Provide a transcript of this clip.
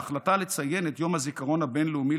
ההחלטה לציין את יום הזיכרון הבין-לאומי